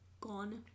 gone